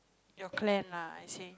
your clan ah I think